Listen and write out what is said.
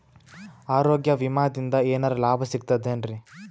ಆರೋಗ್ಯ ವಿಮಾದಿಂದ ಏನರ್ ಲಾಭ ಸಿಗತದೇನ್ರಿ?